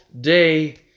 day